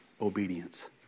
obedience